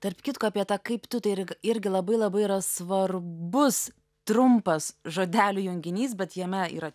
tarp kitko apie tą kaip tu tai ir irgi labai labai yra svarbus trumpas žodelių junginys bet jame yra